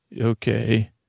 Okay